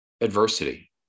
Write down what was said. adversity